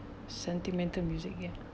sentimental music ya